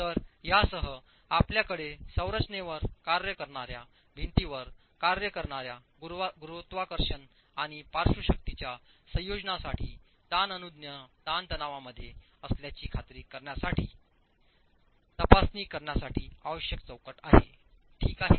तर यासह आपल्याकडे संरचनेवर कार्य करणार्या भिंतीवर कार्य करणार्या गुरुत्वाकर्षण आणि पार्श्व शक्तींच्या संयोजनांसाठी ताण अनुज्ञेय ताणतणावांमध्ये असल्याची खात्री करण्यासाठी तपासणी करण्यासाठी आवश्यक चौकट आहे ठीक आहे